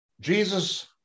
Jesus